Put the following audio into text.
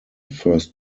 first